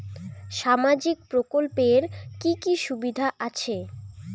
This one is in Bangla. সামাজিক প্রকল্পের কি কি সুবিধা আছে?